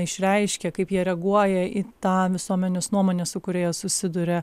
išreiškia kaip jie reaguoja į tą visuomenės nuomonę su kuria jie susiduria